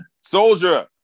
Soldier